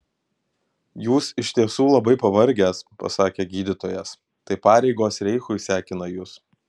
jūs iš tiesų labai pavargęs pasakė gydytojas tai pareigos reichui sekina jus